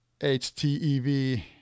HTEV